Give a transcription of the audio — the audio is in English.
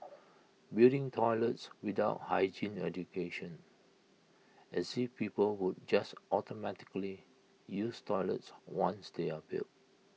building toilets without hygiene education as if people would just automatically use toilets once they're built